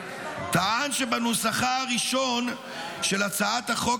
טען רוטמן שבנוסחה הראשון של הצעת החוק